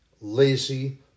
lazy